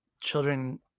children